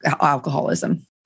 alcoholism